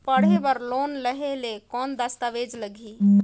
पढ़े बर लोन लहे ले कौन दस्तावेज लगही?